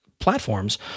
platforms